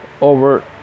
over